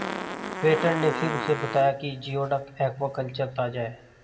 waiter ने फिर उसे बताया कि जिओडक एक्वाकल्चर ताजा है